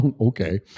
okay